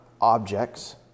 objects